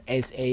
SA